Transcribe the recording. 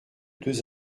deux